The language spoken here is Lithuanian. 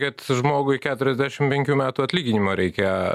kad žmogui keturiasdešim penkių metų atlyginimo reikia